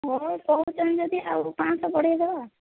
ହେଉ କହୁଛନ୍ତି ଯଦି ଆଉ ପାଞ୍ଚଶହ ବଢ଼େଇ ଦେବା